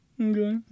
Okay